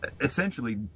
essentially